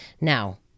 Now